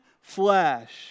flesh